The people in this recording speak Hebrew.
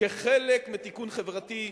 כחלק מתיקון חברתי,